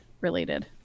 related